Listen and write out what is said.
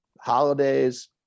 Holidays